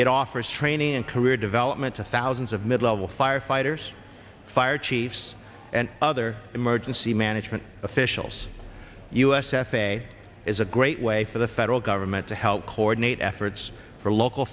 it offers training and career development to thousands of mid level firefighters fire chiefs and other emergency management officials us f a a is a great way for the federal government to help coordinate efforts for local